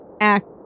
act